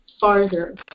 farther